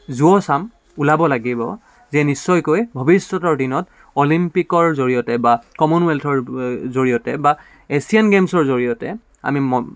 যুৱচাম ওলাব লাগিব যে নিশ্চয়কৈ ভৱিষ্যতৰ দিনত অলিম্পিকৰ জৰিয়তে বা কমনৱেলথৰ জৰিয়তে বা এছিয়ান গেমছৰ জৰিয়তে আমি